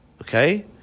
okay